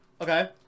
Okay